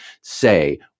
say